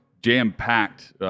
jam-packed